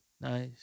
Nice